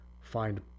Find